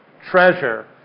treasure